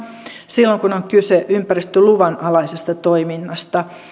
silloin kun on kyse ympäristöluvan alaisesta toiminnasta